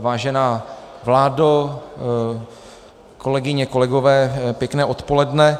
Vážená vládo, kolegyně, kolegové, pěkné odpoledne.